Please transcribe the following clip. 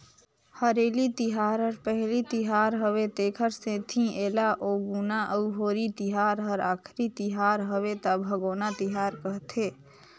हरेली तिहार हर पहिली तिहार हवे तेखर सेंथी एला उगोना अउ होरी तिहार हर आखरी तिहर हवे त भागोना तिहार कहथें